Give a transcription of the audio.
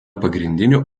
pagrindinių